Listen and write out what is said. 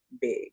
big